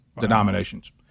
denominations